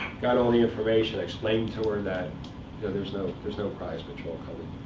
got all the information. i explained to her that yeah there's no there's no prize patrol coming.